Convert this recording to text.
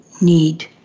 need